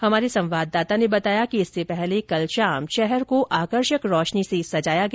हमारे संवाददाता ने बताया कि इससे पहले कल शाम शहर को आकर्षक रोशनी से सजाया गया